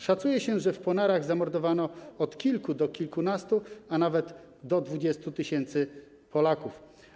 Szacuje się, że w Ponarach zamordowano od kilku do kilkunastu, a nawet do 20 tys. Polaków.